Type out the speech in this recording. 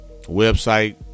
website